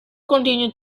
continued